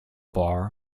bar